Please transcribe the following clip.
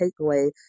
takeaway